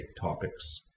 topics